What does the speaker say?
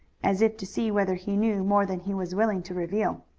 as if to see whether he knew more than he was willing to reveal.